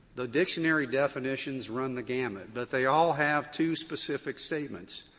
the dictionary definitions run the gamut, but they all have two specific statements.